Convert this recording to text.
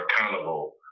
accountable